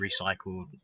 recycled